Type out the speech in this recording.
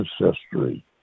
ancestry